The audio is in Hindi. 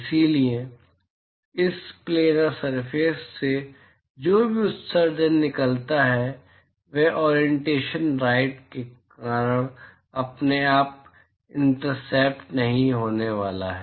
इसलिए इस प्लेनर सरफेस से जो भी उत्सर्जन निकलता है वह ओरिएंटेशन राइट के कारण अपने आप इंटरसेप्ट नहीं होने वाला है